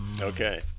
Okay